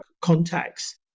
contacts